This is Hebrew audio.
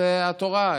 זה התורה.